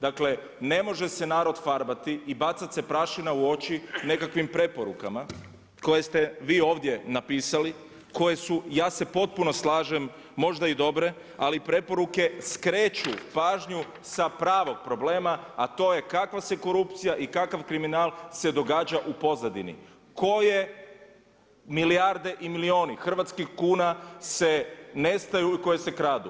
Dakle ne može se narod farbati i bacat se prašina u oči nekakvim preporukama koje ste vi ovdje napisali, koje su ja se potpuno slažem možda i dobre, ali preporuke skreću pažnju sa pravog problema, a to je kakva se korupcija i kakav kriminal se događa u pozadini, ko je milijarde i milijuna hrvatskih kuna se nestaju i koje se kradu.